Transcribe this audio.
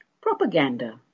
Propaganda